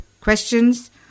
questions